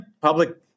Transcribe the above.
public